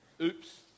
Oops